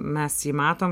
mes jį matom